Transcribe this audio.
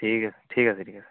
ঠিক আছে ঠিক আছে